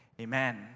amen